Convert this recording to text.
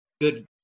good